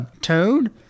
Toad